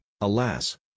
Alas